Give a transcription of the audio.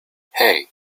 hey